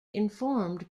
informed